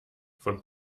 von